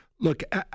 Look